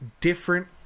different